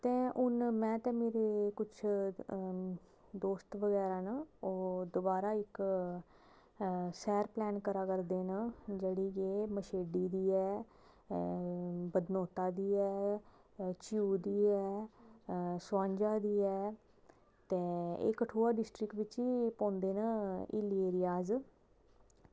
ते हून में ते मेरे कुछ देस्त बगैरा न ओह् दोबारा इक्क सैर प्लॉन करा करदे न जेह्ड़ी कि मछेडी दी ऐ बदनोता दी ऐ सुऊ दी ऐ एह् कठुआ डिस्ट्रिक्ट च गै पौंदे न हिली एरिया